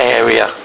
area